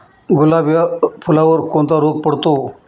गुलाब या फुलावर कोणता रोग पडतो?